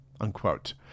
unquote